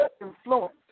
influence